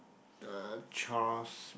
the chores